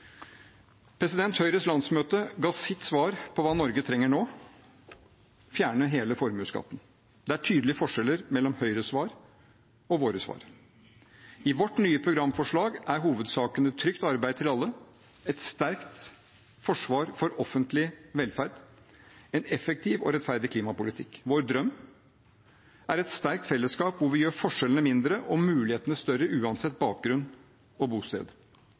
Høyres landsmøte ga sitt svar på hva Norge trenger nå: å fjerne hele formuesskatten. Det er tydelige forskjeller mellom Høyres svar og våre svar. I vårt nye programforslag er hovedsakene trygt arbeid til alle, et sterkt forsvar for offentlig velferd og en effektiv og rettferdig klimapolitikk. Vår drøm er et sterkt fellesskap hvor vi gjør forskjellene mindre og mulighetene større uansett bakgrunn og bosted.